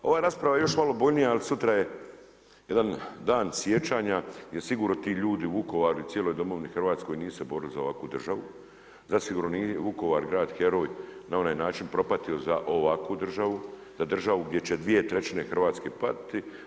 Ova rasprava je još malo burnija ali sutra je jedan dan sjećanja gdje sigurno ti ljudi u Vukovaru i cijeloj domovini Hrvatskoj nisu se borili za ovakvu državu, zasigurno nije Vukovar grad heroj na onaj način propatio za ovakvu državu, za državu gdje će 2/3 Hrvatske patiti.